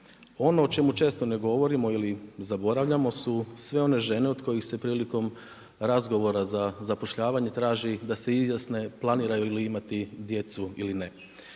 Ono o čemu često ne govorimo ili zaboravljamo su sve one žene od kojih se prilikom razgovora za zapošljavanje traži da se izjasne planiraju li imati djecu ili ne.